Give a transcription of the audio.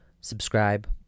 Subscribe